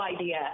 idea